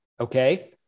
Okay